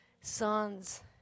sons